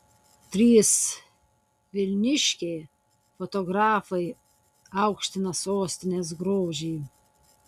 trys vilniškiai fotografai aukština sostinės grožį